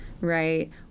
right